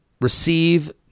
Receive